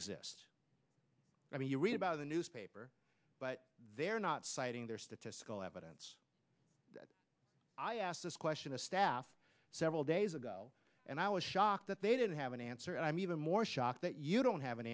exist i mean you read about the newspaper but they're not citing their statistical evidence i asked this question to staff several days ago and i was shocked that they didn't have an answer and i'm even more shocked that you don't have an